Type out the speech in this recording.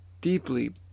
deeply